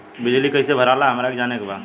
बिजली बिल कईसे भराला हमरा के जाने के बा?